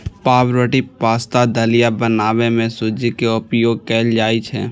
पावरोटी, पाश्ता, दलिया बनबै मे सूजी के उपयोग कैल जाइ छै